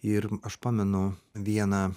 ir aš pamenu vieną